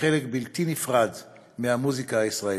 חלק בלתי נפרד מהמוזיקה הישראלית.